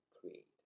create